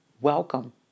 Welcome